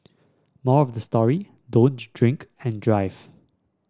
moral of the story don't drink and drive